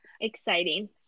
exciting